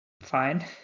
Fine